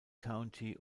county